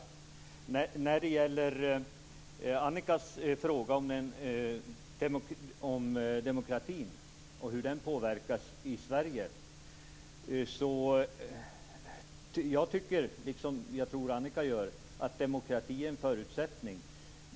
Annika Nordgren frågade om demokratin och hur den påverkas i Sverige. Jag tycker, liksom jag tror att Annika Nordgren gör, att demokrati är en förutsättning.